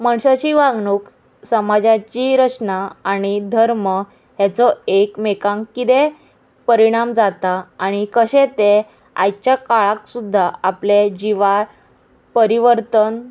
मनशाची वागणूक समाजाची रचना आनी धर्म हेचो एकमेकांक किदें परिणाम जाता आनी कशें ते आयच्या काळाक सुद्दा आपले जिवा परिवर्तन